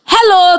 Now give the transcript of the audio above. Hello